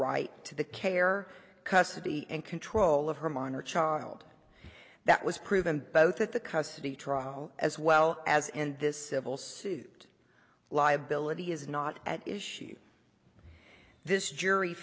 right to the care custody and control of her minor child that was proven both at the custody trial as well as and this civil suit liability is not at issue this jury